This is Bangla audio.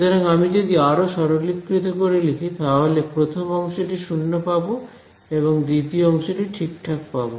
সুতরাং আমি যদি আরো সরলীকৃত করে লিখি তাহলে প্রথম অংশটি 0 পাব এবং দ্বিতীয় অংশটি ঠিকঠাক পাব